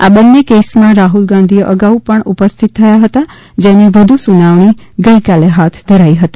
આ બંને કેસમાં રાહુલ ગાંધી અગાઉ પણ ઉપસ્થિત થયા હતા જેની વધુ સુનાવણી ગઇકાલે ્રાથ ધરાઈ હતી